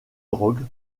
drogue